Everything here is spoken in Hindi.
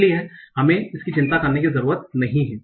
इसलिए हमें इसकी चिंता करने की जरूरत नहीं है